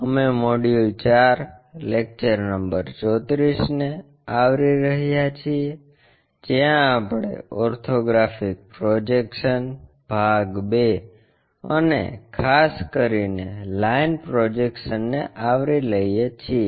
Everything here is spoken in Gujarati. અમે મોડ્યુલ 4 લેક્ચર નંબર 34 ને આવરી રહ્યા છીએ જ્યાં આપણે ઓર્થોગ્રાફિક પ્રોજેક્શન્સ ભાગ II અને ખાસ કરીને લાઇન પ્રોજેક્શન્સને આવરી લઈએ છીએ